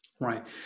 Right